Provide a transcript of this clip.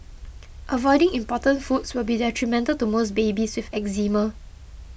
avoiding important foods will be detrimental to most babies with Eczema